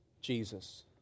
Jesus